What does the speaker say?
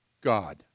God